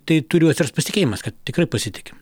tai turiu atsirast pasitikėjimas kad tikrai pasitikim